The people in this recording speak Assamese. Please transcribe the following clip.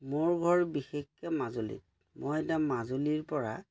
মোৰ ঘৰ বিশেষকৈ মাজুলীত মই এতিয়া মাজুলীৰ পৰা